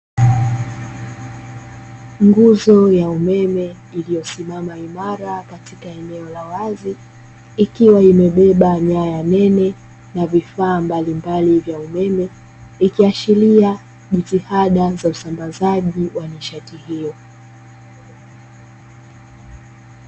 Nguzo ya umeme iliyosimama imara katika eneo la wazi ikiwa imebeba nyaya nene na vifaa mbalimbali vya umeme, ikiashiria jitihada za usambazaji wa nishati hiyo.